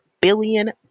billion